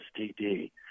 std